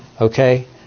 Okay